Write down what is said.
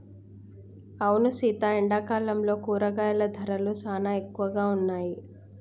అవును సీత ఎండాకాలంలో కూరగాయల ధరలు సానా ఎక్కువగా ఉన్నాయి